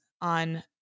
on